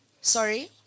sorry